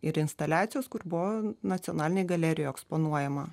ir instaliacijos kur buvo nacionalinėj galerijoj eksponuojama